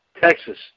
Texas